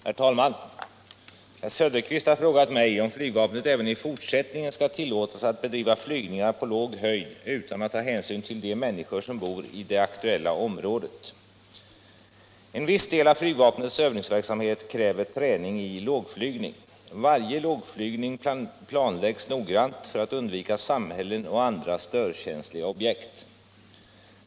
Herr talman! Herr Söderqvist har frågat mig om flygvapnet även i fortsättningen skall tillåtas att bedriva flygningar på låg höjd utan att ta hänsyn till de människor som bor i det aktuella området. En viss del av flygvapnets övningsverksamhet kräver träning i lågflygning. Varje lågflygning planläggs noggrant för att undvika samhällen och andra störkänsliga objekt.